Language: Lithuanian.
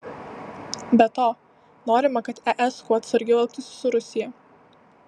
be to norima kad es kuo atsargiau elgtųsi su rusija